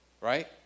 right